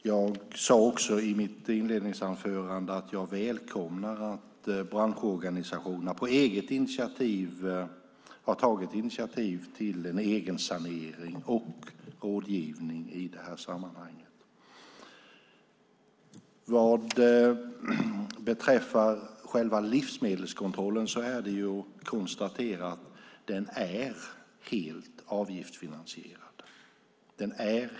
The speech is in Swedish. Jag sade också i mitt inledningsanförande att jag välkomnar att branschorganisationerna har tagit initiativ till en egensanering och rådgivning i det här sammanhanget. Vad beträffar själva livsmedelskontrollen är det att konstatera att den är helt avgiftsfinansierad.